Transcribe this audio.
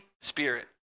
spirit